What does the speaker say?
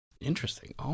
Interesting